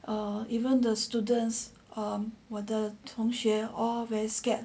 or even the students um 我的同学 all very scared